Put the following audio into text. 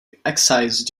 excise